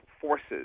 forces